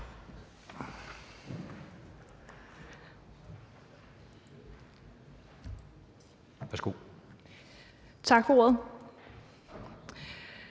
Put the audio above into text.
Tak for ordet.